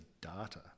data